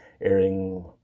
airing